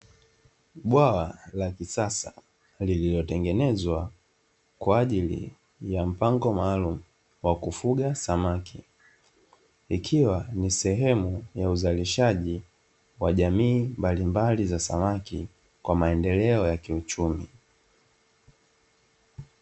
Bwawa la kisasa lililitengenezwa kwa ajili ya mpango maalumu wa kufuga samaki, ikiwa ni sehemu ya uzalishaji wa jamii mbalimbali za samaki kwa maendeleo ya kiuchumi.